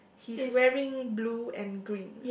he's wearing blue and green